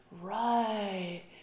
right